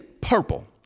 purple